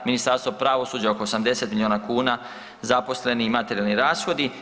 Ministarstvo pravosuđa oko 80 miliona kuna, zaposleni i materijalni rashodi.